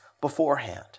beforehand